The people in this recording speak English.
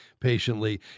patiently